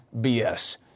BS